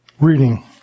reading